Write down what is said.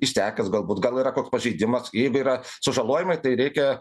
išsekęs galbūt gal yra koks pažeidimas jeigu yra sužalojimai tai reikia